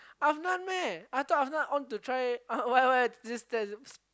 Afnan meh I thought Afnan on to try uh why why just tell just speak